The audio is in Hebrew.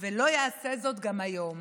ולא יעשה זאת גם היום.